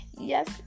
Yes